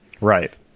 right